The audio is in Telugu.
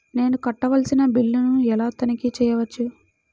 నేను కట్టవలసిన బిల్లులను ఎలా తనిఖీ చెయ్యవచ్చు?